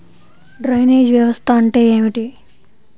Drainage వ్యవస్థ అంటే ఏమిటి?